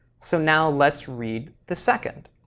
so now let's read the second.